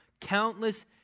countless